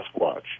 Sasquatch